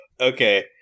Okay